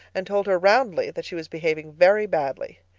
and told her roundly that she was behaving very badly.